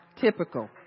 Typical